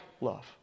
love